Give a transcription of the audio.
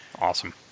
Awesome